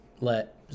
let